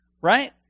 Right